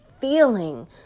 feeling